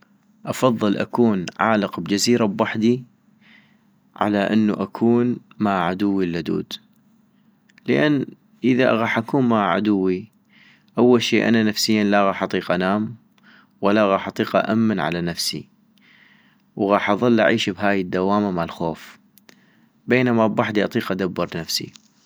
افضل اكون عالق بجزيرة ابحدي، على انو اكون مع عدوي اللدود - لان اذا غاح اكون مع عدوي، اول شي انا نفسيا لا غاح اطيق انام، ولا غاح اطيق أأمن على نفسي، وغاح اضل اعيش بهاي الدوامة مال خوف بينما ابحدي اطيق ادبر نفسي